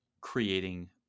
creating